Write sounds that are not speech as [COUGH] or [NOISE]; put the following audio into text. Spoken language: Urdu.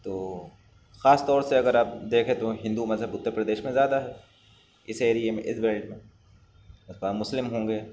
تو خاص طور سے اگر آپ دیکھیں تو ہندو مذہب اتّر پردیش میں زیادہ ہے اس ایریے میں اس بیلٹ میں [UNINTELLIGIBLE] مسلم ہوں گے